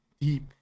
deep